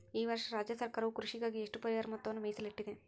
ಈ ವರ್ಷ ರಾಜ್ಯ ಸರ್ಕಾರವು ಕೃಷಿಗಾಗಿ ಎಷ್ಟು ಪರಿಹಾರ ಮೊತ್ತವನ್ನು ಮೇಸಲಿಟ್ಟಿದೆ?